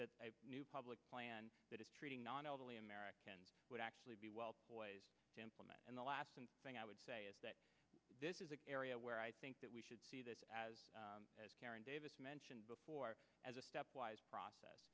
that new public plan that is treating non elderly americans would actually be well ways to implement and the last thing i would say is that this is an area where i think that we should see that as as karen davis mentioned before as a stepwise process